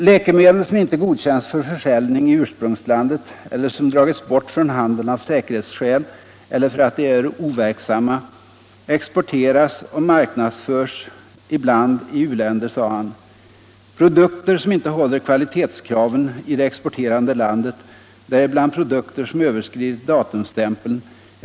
"Läkemedel som inte godkänns för försäljning i ursprungslandet — eller som dragits bort från handeln av säkerhetsskäl eller för att de är overksamma — exporteras och marknadsförs ibland i u-länder”, sade han. ”Produkter som inte håller kvalitetskraven i det exporterande landet, däribland produkter som överskridit datumstämpeln.